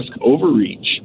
overreach